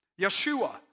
Yeshua